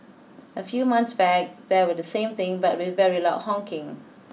a few months back there was the same thing but with very loud honking